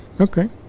Okay